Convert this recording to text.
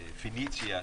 פיניציה,